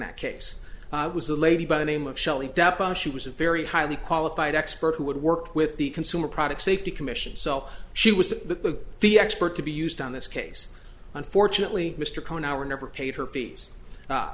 that case was a lady by the name of shelly depp and she was a very highly qualified expert who would work with the consumer product safety commission sell she was to the expert to be used on this case unfortunately mr cohen our never paid her